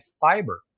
fiber